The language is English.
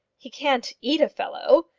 he can't eat a fellow,